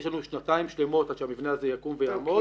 יש לנו שנתיים שלמות עד שהמבנה הזה יקום ויעמוד,